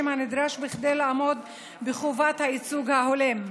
הנדרש כדי לעמוד בחובת הייצוג ההולם.